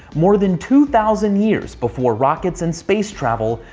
more than two thousand years before rockets and space travel,